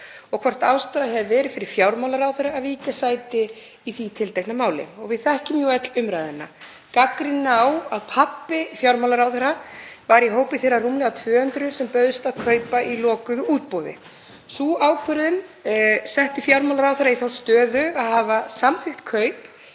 og hvort ástæða hefði verið fyrir fjármálaráðherra að víkja sæti í því tiltekna máli. Við þekkjum jú öll umræðuna; gagnrýni á að pabbi fjármálaráðherra var í hópi þeirra rúmlega 200 sem bauðst að kaupa í lokuðu útboði. Sú ákvörðun setti fjármálaráðherra í þá stöðu að hafa samþykkt kaup